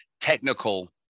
technical